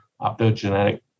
optogenetic